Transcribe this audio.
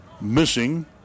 Missing